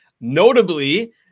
notably